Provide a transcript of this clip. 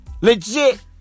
Legit